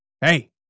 Hey